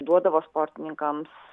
duodavo sportininkams